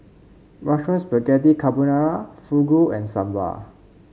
Mushroom Spaghetti Carbonara Fugu and Sambar